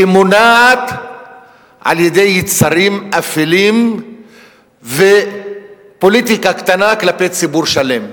שמונעת על-ידי יצרים אפלים ופוליטיקה קטנה כלפי ציבור שלם,